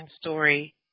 story